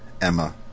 Emma